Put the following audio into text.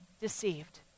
deceived